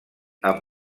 amb